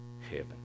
heaven